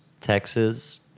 Texas